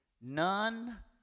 None